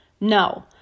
No